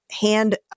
hand